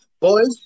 Boys